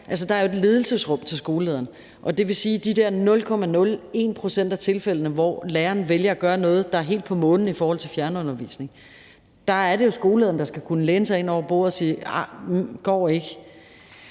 Der er jo et ledelsesrum til skolelederne, og det vil sige, at det i de der 0,01 pct. af tilfældene, hvor læreren vælger at gøre noget, der er helt på månen i forhold til fjernundervisning, er skolelederen, der skal kunne læne sig ind over bordet og sige: Nej, den går ikke.